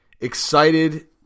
excited